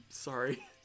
Sorry